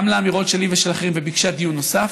גם לאמירות שלי ושל אחרים, וביקשה דיון נוסף.